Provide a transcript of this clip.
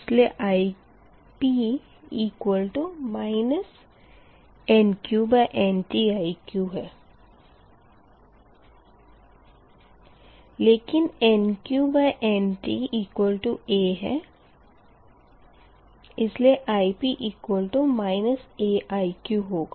इसलिए Ip NqNtIq है लेकिन NqNta है इसलिए Ip aIq होगा